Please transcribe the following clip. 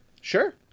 Sure